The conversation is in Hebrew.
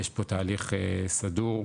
יש פה תהליך סדור,